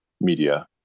media